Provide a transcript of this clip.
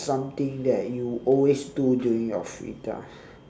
something that you always do during your free time